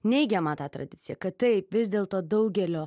neigiamą tą tradiciją kad taip vis dėlto daugelio